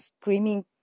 screaming